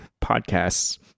podcasts